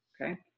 okay